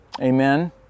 Amen